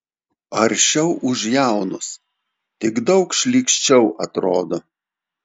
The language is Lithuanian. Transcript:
aršiau už jaunus tik daug šlykščiau atrodo